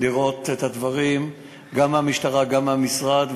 לראות את הדברים, גם מהמשטרה, גם מהמשרד.